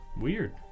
Weird